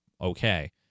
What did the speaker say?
okay